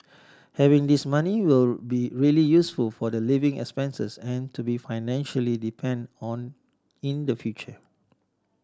having this money will be really useful for the living expenses and to be financially depend on in the future